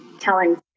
telling